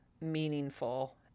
meaningful